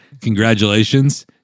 congratulations